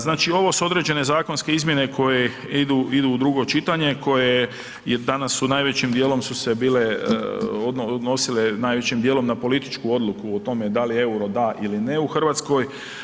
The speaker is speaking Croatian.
Znači ovo si određene zakonske izmjene koje idu u drugo čitanje, koje je danas su najvećim dijelom su se bile odnosile najvećim dijelom na političku odluku o tome da li EUR-o da ili ne u Hrvatskoj.